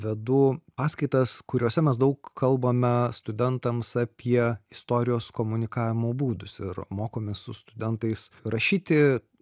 vedu paskaitas kuriose mes daug kalbame studentams apie istorijos komunikavimo būdus ir mokomės su studentais rašyti